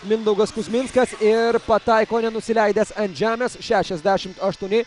mindaugas kuzminskas ir pataiko nenusileidęs ant žemės šešiasdešimt aštuoni